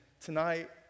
Tonight